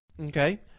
Okay